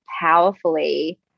powerfully